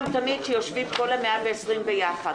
שיושבים כל 120 יחד.